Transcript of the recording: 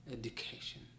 education